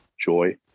joy